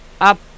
up